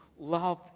love